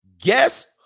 guess